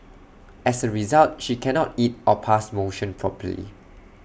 as A result she cannot eat or pass motion properly